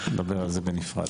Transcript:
נדבר על זה בנפרד.